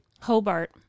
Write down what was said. Hobart